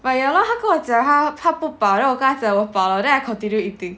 but ya lor 他跟我讲他不饱 then 我跟他讲我饱了 then I continue eating